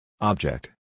Object